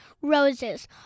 roses